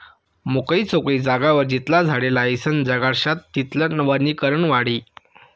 मोकयी चोकयी जागावर जितला झाडे लायीसन जगाडश्यात तितलं वनीकरण वाढी